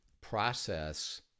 process